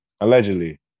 allegedly